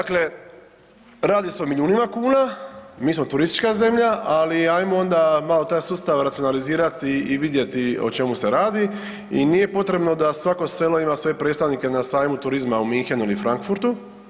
Dakle, radi se o milijunima kuna, mi smo turistička zemlja, ali hajmo onda malo taj sustav racionalizirati i vidjeti o čemu se radi i nije potrebno da svako selo ima svoje predstavnike na sajmu turizma u Münchenu ili Frankfurtu.